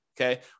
okay